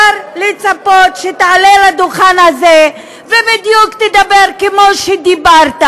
אפשר לצפות שתעלה על הדוכן הזה ובדיוק תדבר כמו שדיברת,